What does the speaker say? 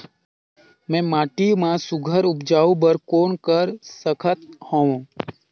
मैं माटी मा सुघ्घर उपजाऊ बर कौन कर सकत हवो?